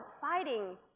fighting